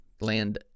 land